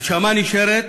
הנשמה נשארת,